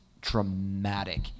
dramatic